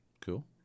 cool